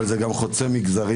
אבל הסיפור הזה גם חוצה מגזרים.